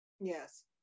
Yes